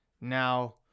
Now